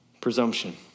presumption